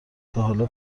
تاحالا